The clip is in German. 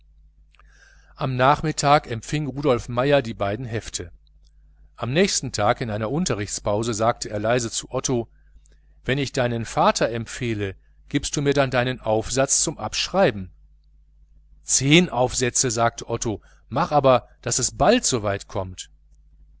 am nachmittag empfing rudolf meier die beiden hefte am nächsten tag in einer unterrichtspause sagte er leise zu otto wenn ich deinen vater empfehle gibst du mir dann deinen aufsatz abzuschreiben zehn aufsätze sagte otto mach aber daß es bald so weit kommt